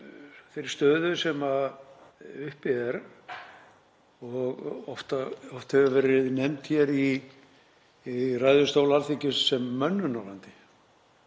þeirri stöðu sem uppi er og oft hefur verið nefnd hér í ræðustól Alþingis sem mönnunarvandi.